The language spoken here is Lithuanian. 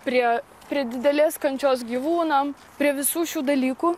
prie prie didelės kančios gyvūnam prie visų šių dalykų